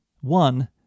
One